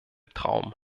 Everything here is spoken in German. traum